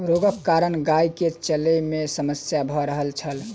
रोगक कारण गाय के चलै में समस्या भ रहल छल